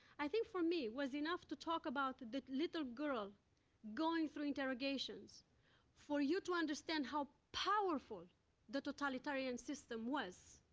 i think for me, it was enough to talk about the little girl going through interrogations for you to understand how powerful the totalitarian system was,